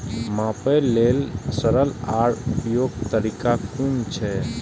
मापे लेल सरल आर उपयुक्त तरीका कुन छै?